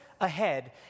ahead